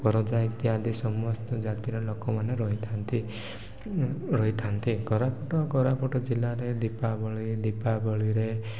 ପରଜା ଇତ୍ୟାଦି ସମସ୍ତ ଜାତିର ଲୋକମାନେ ରହିଥାନ୍ତି ରହିଥାନ୍ତି କୋରାପୁଟ କୋରାପୁଟ ଜିଲ୍ଲାରେ ଦୀପାବଳି ଦୀପାବଳିରେ